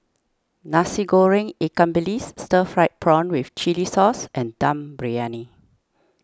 Nasi Goreng Ikan Bilis Stir Fried Prawn with Chili Sauce and Dum Briyani